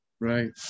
Right